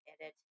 edit